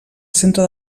centre